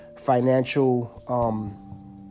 financial